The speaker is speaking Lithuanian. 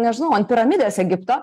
nežinau ant piramidės egipto